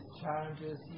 challenges